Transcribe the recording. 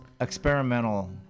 experimental